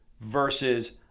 Versus